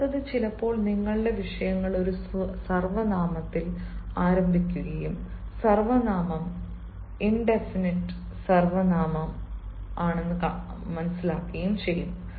അടുത്തത് ചിലപ്പോൾ നിങ്ങളുടെ വിഷയങ്ങൾ ഒരു സർവനാമത്തിൽ ആരംഭിക്കുകയും സർവനാമം ഇൻഡെഫിനിറ് സർവനാമം ചെയ്യും